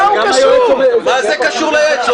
מה זה קשור ליועץ?